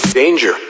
Danger